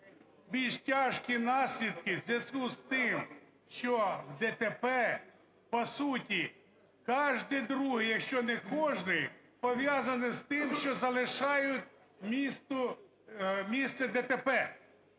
більш тяжкі наслідки в зв'язку з тим, що ДТП по суті кожен другий, якщо не кожний, пов'язаний з тим, що залишають місце ДТП.